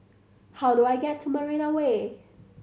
how do I get to Marina Way